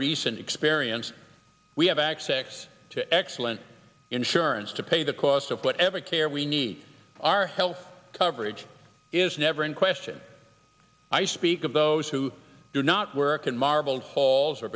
recent experience we have access to excellent insurance to pay the cost of whatever care we need our health coverage is never in question i speak of those who do not work in marvels halls or